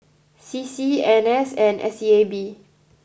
C C N S and S E A B